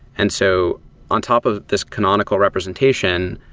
and so on top of this canonical representation,